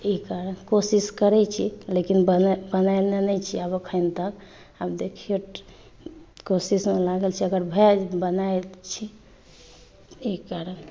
ई कारण कोशिश करै छी लेकिन बने बनेने नहि छी अखन तक आब देखियौ कोशिश मे लागल छी अगर भए बनाइ छी ई कारण